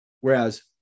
whereas